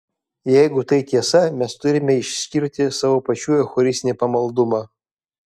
jeigu tai tiesa mes turime ištirti savo pačių eucharistinį pamaldumą